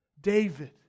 David